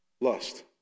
lust